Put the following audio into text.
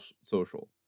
social